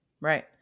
right